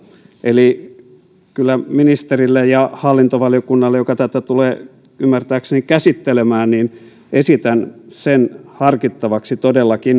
eli kyllä ministerille ja hallintovaliokunnalle joka tätä tulee ymmärtääkseni käsittelemään esitän todellakin sen harkittavaksi